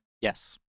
Yes